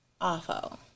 awful